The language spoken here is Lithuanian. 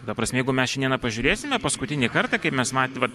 ta prasme jeigu mes šiandieną pažiūrėsime paskutinį kartą kai mes matėm vat